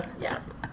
Yes